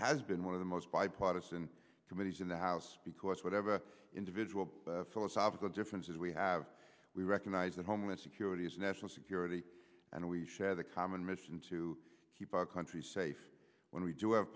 has been one of the most bipartisan committees in the house because whatever individual philosophical differences we have we recognize that homeland security is national security and we share the common mission to keep our country safe when we do have